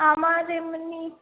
আমার এমনি